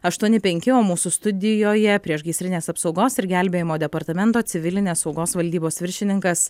aštuoni penki o mūsų studijoje priešgaisrinės apsaugos ir gelbėjimo departamento civilinės saugos valdybos viršininkas